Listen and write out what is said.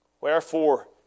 Wherefore